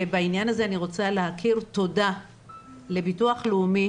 ובעניין הזה אני רוצה להכיר תודה לביטוח הלאומי